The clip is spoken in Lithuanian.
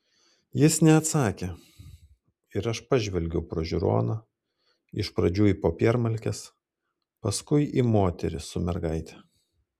jis neatsakė ir aš pažvelgiau pro žiūroną iš pradžių į popiermalkes paskui į moterį su mergaite